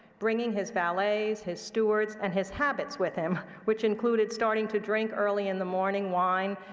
bringing his valets, his stewards, and his habits with him, which included starting to drink early in the morning wine,